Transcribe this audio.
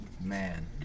Man